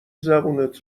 زبونت